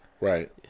Right